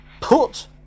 put